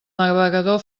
navegador